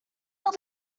will